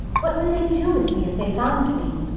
what would they do with me if they found me?